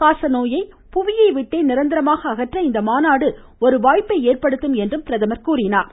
காசநோயை புவியை விட்டே நிரந்தரமாக அகற்ற இந்த மாநாடு ஒரு வாய்ப்பை ஏற்படுத்தும் என்றும் அவர் குறிப்பிட்டார்